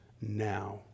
now